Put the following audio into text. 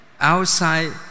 outside